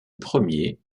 premier